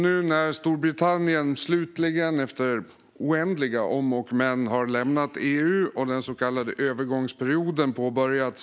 Nu har Storbritannien slutligen, efter oändliga om och men, lämnat EU och den så kallade övergångsperioden påbörjats.